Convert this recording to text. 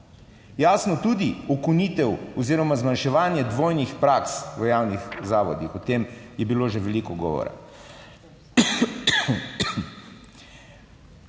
jasno, tudi ukinitev oziroma zmanjševanje dvojnih praks v javnih zavodih, o tem je bilo že veliko govora.